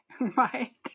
Right